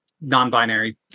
non-binary